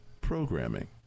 programming